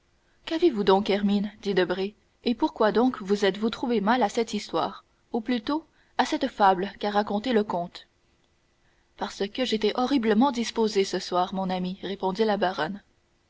qu'avez-vous donc hermine dit debray et pourquoi donc vous êtes-vous trouvée mal à cette histoire ou plutôt à cette fable qu'a racontée le comte parce que j'étais horriblement disposée ce soir mon ami répondit la baronne